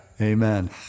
Amen